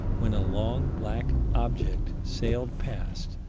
when a long black object sailed past,